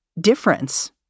difference